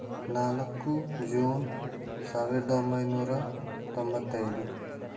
ನಾಲ್ಕು ಜೂನ್ ಸಾವಿರದ ಒಂಬೈನೂರ ತೊಂಬತ್ತೈದು